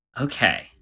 Okay